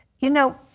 you know,